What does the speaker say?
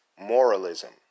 moralism